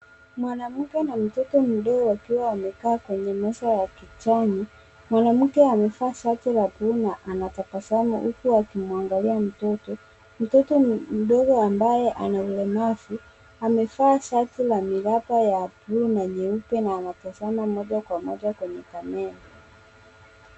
Mwanamke na mtoto mdogo akiwa amekaa kwenye meza ya kijani, mwanamke amevaa shati la buluu anatabasamu huku akimwangalia mtoto ,mtoto mdogo ambaye ana ulemavu amevaa shati la miraba ya buluu na nyeupe na anatazama moja kwa moja kwenye kamera.